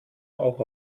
auch